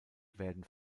werden